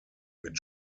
mit